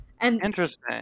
Interesting